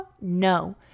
no